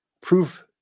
proof